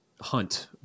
hunt